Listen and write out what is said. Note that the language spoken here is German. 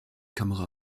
kamera